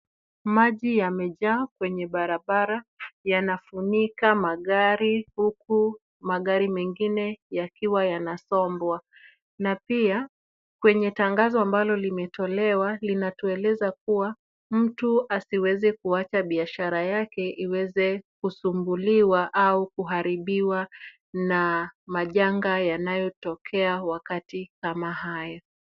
Maji yamejaa kwenye barabara yanafunika magari huku magari mengine yakiwa yanasombwa na pia, kwenye tangazo ambalo limetolewa linatuelezea kuwa, mtu asiweze kuacha biashara yake iweze kusumbuliwa au kuharibiwa na majanga yanayotokea wakati kama haya.